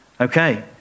Okay